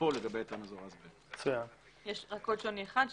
יש עוד שוני אחד.